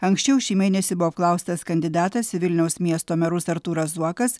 anksčiau šį mėnesį buvo apklaustas kandidatas į vilniaus miesto merus artūras zuokas